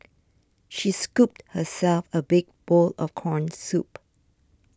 she scooped herself a big bowl of Corn Soup